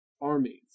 armies